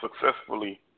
successfully